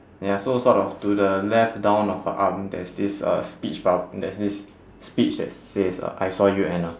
ya so sort of to the left down of her arm there's this uh speech bub~ there's this speech that says uh I saw you anna